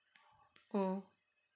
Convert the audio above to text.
mm